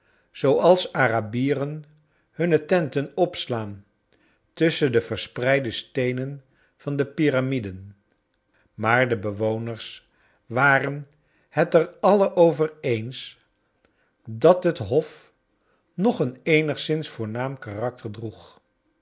zooals de arabieren hunne tenten opslaan tusschen de verspreide steenen van de pyramiden maar de bewoners waren het er alien over eens dat het hof nog een eenigszins voornaam karakter droeg